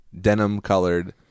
denim-colored